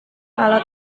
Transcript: kalau